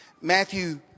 Matthew